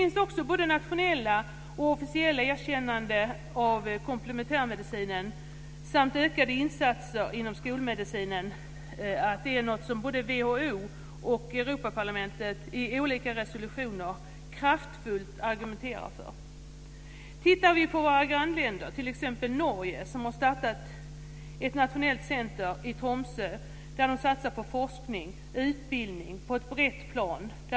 Nationella och officiella erkännanden av komplementärmedicinen samt ökade insatser inom skolmedicinen är något som både WHO och Europaparlamentet i olika resolutioner kraftfullt argumenterar för. I t.ex. vårt grannland Norge har man startat ett nationellt centrum i Tromsö, där man satsar på forskning och utbildning på ett brett plan.